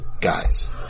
guys